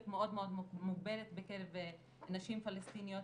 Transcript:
מאוד מוגבלת בקרב נשים פלשתיניות.